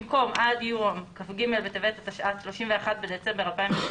במקום "עד יום כ"ג בטבת התשע"ט, 31 בדצמבר 2018"